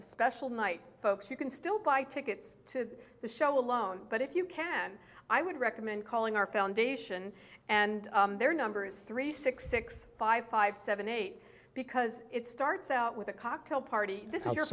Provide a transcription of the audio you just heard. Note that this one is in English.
a special night folks you can still buy tickets to the show alone but if you can i would recommend calling our foundation and their numbers three six six five five seven eight because it starts out with a cocktail party this